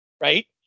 right